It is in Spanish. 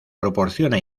proporciona